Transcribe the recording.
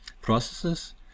processes